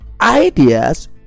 ideas